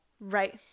Right